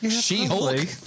She-Hulk